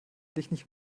nicht